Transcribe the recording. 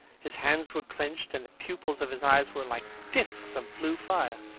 his hands were clenched, and the pupils of his eyes were like disks of blue fire.